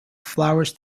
flowers